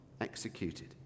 executed